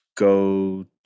Go